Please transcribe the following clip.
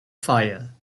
fire